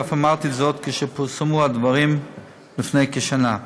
ואף אמרתי זאת כשפורסמו הדברים לפני כשנה.